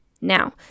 Now